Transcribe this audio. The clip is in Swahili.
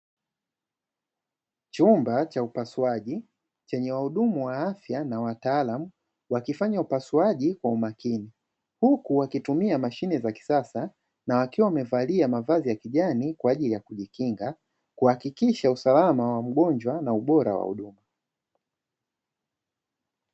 Chumba cha upasuaji chenye wahudumu wa afya na wataalamu, wakifanya upasuaji kwa umakini huku wakitumia mashine za kisasa, na wakiwa wamevalia mavazi ya kijani kwaajili ya kujikinga kuhakikisha usalama wa mgonjwa na ubora wa huduma.